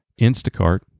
Instacart